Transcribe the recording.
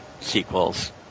sequels